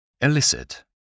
Elicit